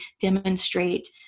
demonstrate